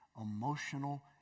emotional